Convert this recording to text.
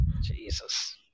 Jesus